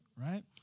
right